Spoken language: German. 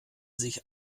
sich